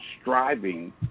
striving